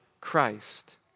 Christ